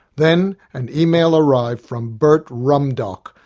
then an email arrived from burt rumdock,